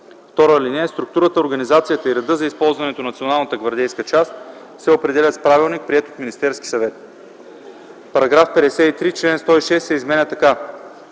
отбраната. (2) Структурата, организацията и редът за използване на Националната гвардейска част се определят с правилник, приет от Министерския съвет.” § 53. Член 106 се изменя така: